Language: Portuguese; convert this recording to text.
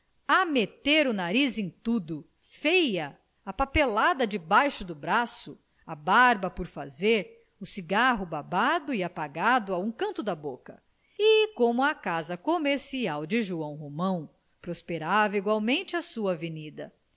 a meter o nariz em tudo feia a papelada debaixo do braço a barba por fazer o cigarro babado e apagado a um canto da boca e como a casa comercial de joão romão prosperava igualmente a sua avenida